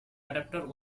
adapter